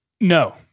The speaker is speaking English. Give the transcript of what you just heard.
No